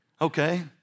Okay